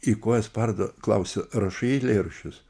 į koją spardo klausia rašai eilėraščius